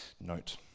note